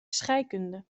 scheikunde